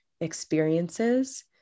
experiences